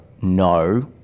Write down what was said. no